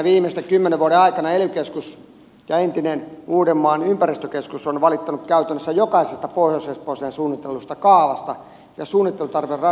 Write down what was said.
viimeisten kymmenen vuoden aikana ely keskus ja entinen uudenmaan ympäristökeskus ovat valittaneet käytännössä jokaisesta pohjois espooseen suunnitellusta kaavasta ja suunnittelutarveratkaisusta hallinto oikeuteen